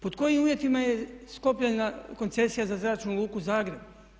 Pod kojim uvjetima je sklopljena koncesija za Zračnu luku Zagreb?